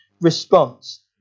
response